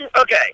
okay